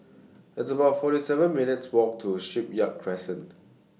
It's about forty seven minutes' Walk to Shipyard Crescent